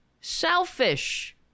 selfish